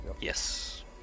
Yes